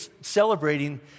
celebrating